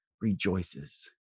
rejoices